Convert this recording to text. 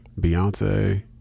Beyonce